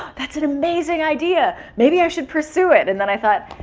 that's an amazing idea. maybe i should pursue it. and then i thought,